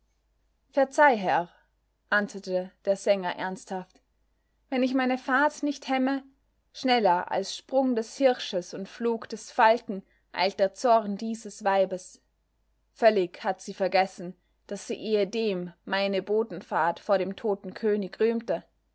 herr antwortete der sänger ernsthaft wenn ich meine fahrt nicht hemme schneller als sprung des hirsches und flug des falken eilt der zorn dieses weibes völlig hat sie vergessen daß sie ehedem meine botenfahrt vor dem toten könig rühmte